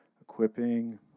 equipping